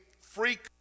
freak